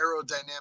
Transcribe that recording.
aerodynamic